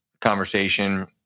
conversation